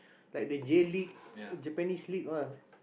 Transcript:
like the J-league Japanese-league ah